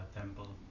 temple